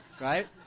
Right